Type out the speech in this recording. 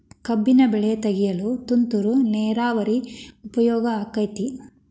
ಕಬ್ಬಿನ ಬೆಳೆ ತೆಗೆಯಲು ತುಂತುರು ನೇರಾವರಿ ಉಪಯೋಗ ಆಕ್ಕೆತ್ತಿ?